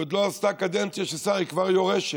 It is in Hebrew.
היא עוד לא עשתה קדנציה של שר, והיא כבר יורשת.